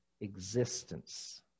existence